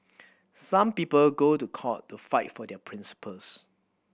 some people go to court to fight for their principles